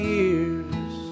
years